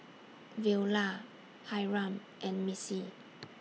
Veola Hyrum and Missie